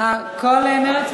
כל מרצ?